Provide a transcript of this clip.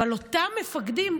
אבל אותם מפקדים,